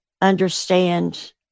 understand